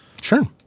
Sure